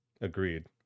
Agreed